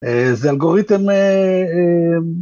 איזה אלגוריתם.